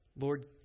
Lord